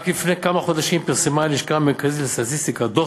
רק לפני כמה חודשים פרסמה הלשכה המרכזית לסטטיסטיקה דוח